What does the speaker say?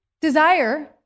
desire